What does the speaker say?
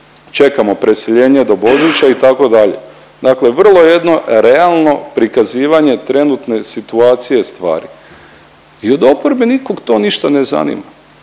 čekamo preseljenje do Božića itd., dakle vrlo jedno realno prikazivanje trenutne situacije stvari i od oporbe nikog to ništa ne zanima,